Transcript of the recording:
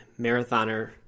marathoner